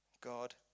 God